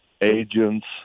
agents